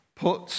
Put